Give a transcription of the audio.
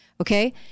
Okay